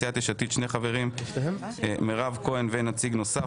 סיעת יש עתיד שני חברים: מירב כהן ונציג נוסף.